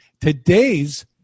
Today's